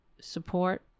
support